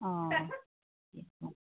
অঁ হ'ব